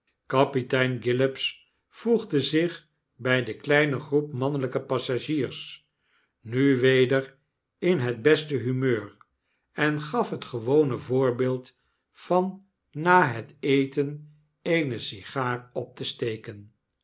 kapitein gillops voegde zich by de kleine groep mannelyke passagiers nu weder in het beste humeur en gaf het gewone voorbeeld van na het eten eene sigaar op te steken